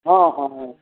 हँ हँ हँ